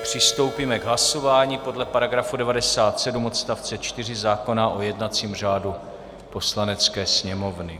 Přistoupíme k hlasování podle § 97 odst. 4 zákona o jednacím řádu Poslanecké sněmovny.